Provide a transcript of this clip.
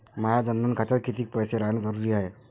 माया जनधन खात्यात कितीक पैसे रायन जरुरी हाय?